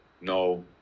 No